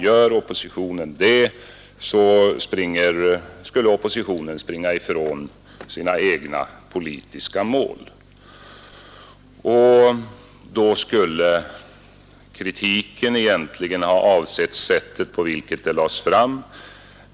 Gör oppositionen det så skulle oppositionen springa ifrån sina egna politiska mål. Då skulle kritiken egentligen ha avsett sättet på vilket förslaget lades fram.